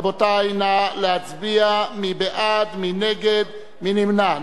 רבותי, נא להצביע מי בעד, מי נגד, מי נמנע.